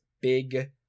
big